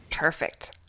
Perfect